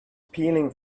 peeling